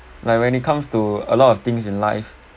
like when it comes to a lot of things in life